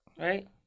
right